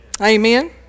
Amen